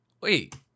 Wait